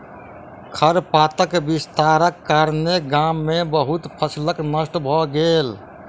खरपातक विस्तारक कारणेँ गाम में बहुत फसील नष्ट भ गेल